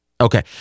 Okay